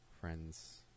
friend's